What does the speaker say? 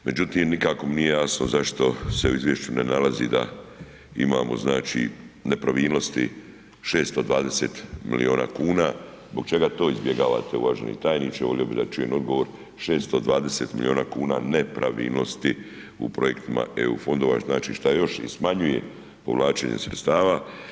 Međutim, nikako mi nije jasno zašto se u izvješću ne nalazi da imamo, znači, nepravilnosti 620 milijuna kuna, zbog čega to izbjegavate uvaženi tajniče, volio bi da čujem odgovor, 620 milijuna kuna nepravilnosti u projektima EU fondova, znači, šta još i smanjuje povlačenje sredstava?